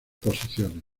posiciones